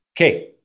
Okay